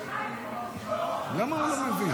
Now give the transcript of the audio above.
--- ששש,